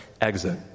exit